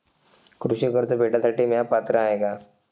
कृषी कर्ज भेटासाठी म्या पात्र हाय का?